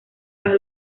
bajo